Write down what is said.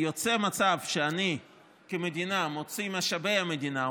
יוצא מצב שאני כמדינה מוציא משאבי מדינה,